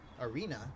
arena